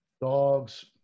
dogs